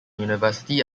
university